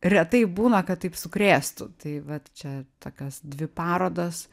retai būna kad taip sukrėstų tai vat čia tokios dvi parodos